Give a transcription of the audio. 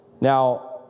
Now